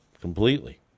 completely